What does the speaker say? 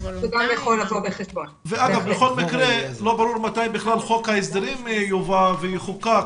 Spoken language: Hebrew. בכל מקרה, לא ברור מתי חוק ההסדרים יובא ויחוקק.